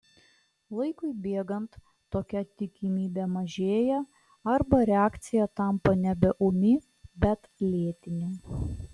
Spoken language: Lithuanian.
laikui bėgant tokia tikimybė mažėja arba reakcija tampa nebe ūmi bet lėtinė